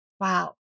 wow